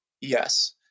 yes